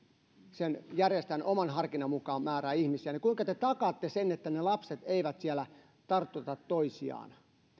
sen järjestäjän oman harkinnan mukainen määrä ihmisiä niin kuinka te takaatte sen että ne lapset eivät siellä tartuta toisiaan